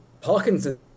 Parkinson